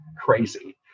crazy